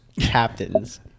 captains